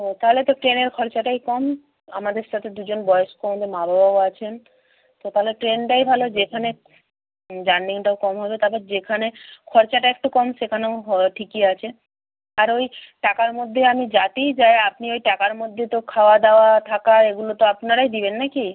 ও তাহলে তো ট্রেনের খরচাটাই কম আমাদের সাথে দুজন বয়স্ক আমাদের মা বাবাও আছেন তো তাহলে ট্রেনটাই ভালো যেখানে জার্নিটাও কম হবে তারপর যেখানে খরচাটা একটু কম সেখানেও ঠিকই আছে আর ওই টাকার মধ্যে আমি যাতেই যাই আপনি ওই টাকার মধ্যে তো খাওয়া দাওয়া থাকা এগুলো তো আপনারাই দেবেন না কি